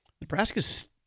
Nebraska's